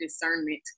discernment